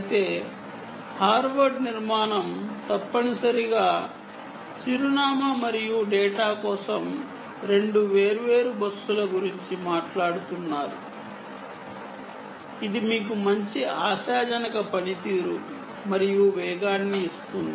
అయితే హార్వర్డ్ నిర్మాణం తప్పనిసరిగా చిరునామా మరియు డేటా కోసం రెండు వేర్వేరు బస్సుల గురించి మాట్లాడుతున్నారు అది మీకు మంచి ఆశాజనక పనితీరు మరియు వేగాన్ని ఇస్తుంది